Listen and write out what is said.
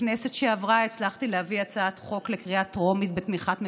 בכנסת שעברה הצלחתי להביא הצעת חוק לקריאה טרומית בתמיכת ממשלה,